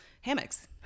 hammocks